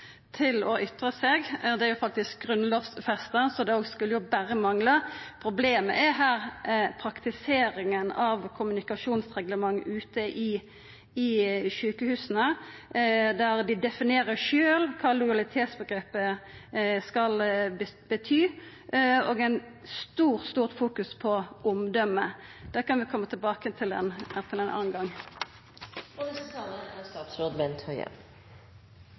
til å ytra seg. Det er faktisk grunnlovsfesta, så då skulle det berre mangla. Problemet her er praktiseringa av kommunikasjonsreglement ute i sjukehusa. Dei definerer sjølve kva lojalitetsomgrepet skal bety, og det er stort fokus på omdømet. Det kan vi koma tilbake til ein annan gong. Jeg mener at jeg har vært og er veldig tydelig overfor både lederne og